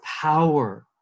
power